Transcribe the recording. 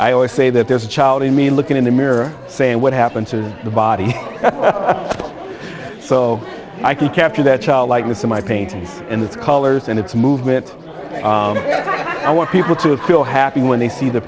i always say that there's a child in me looking in the mirror saying what happened to the body so i can capture that child likeness in my paintings and its colors and its movement i want people to feel happy when they see the